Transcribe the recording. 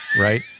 right